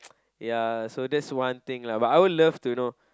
ya so that is one thing lah but I would love to know